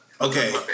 Okay